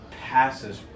passes